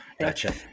gotcha